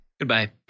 Goodbye